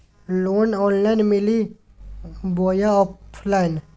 Loan online मिली बोया offline?